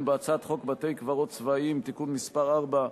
בהצעת חוק בתי-קברות צבאיים (תיקון מס' 4),